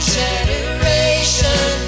generation